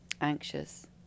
anxious